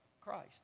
Christ